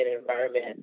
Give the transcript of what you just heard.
environment